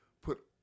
put